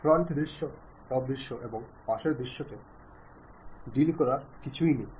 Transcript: front দৃশ্য top দৃশ্য এবং পাশের দৃশ্যের সাথে ডিল করার কিছুই নেই